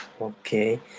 Okay